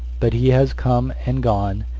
but he has come and gone.